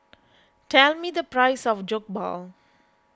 tell me the price of Jokbal